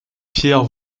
pierre